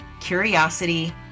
curiosity